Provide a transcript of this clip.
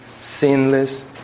sinless